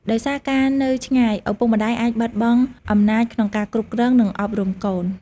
ដោយសារការនៅឆ្ងាយ ឪពុកម្ដាយអាចបាត់បង់អំណាចក្នុងការគ្រប់គ្រង និងអប់រំកូន។